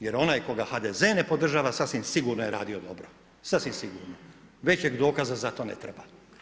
Jer onaj koga HDZ ne podržava sasvim sigurno je radio dobro, sasvim sigurno, većeg dokaza za to ne treba.